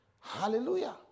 Hallelujah